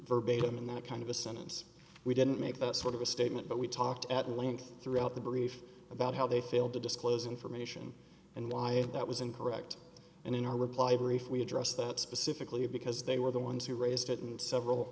verbatim in that kind of a sentence we didn't make that sort of a statement but we talked at length throughout the brief about how they failed to disclose information and why that was incorrect and in our reply brief we address that specifically because they were the ones who raised it and several